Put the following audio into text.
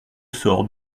sort